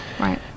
Right